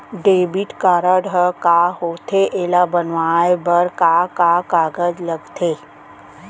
Debit card ह का होथे एला बनवाए बर का का कागज लगथे?